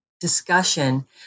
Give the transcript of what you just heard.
discussion